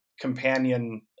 companion